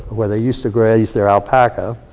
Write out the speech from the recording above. where they used to graze their alpaca,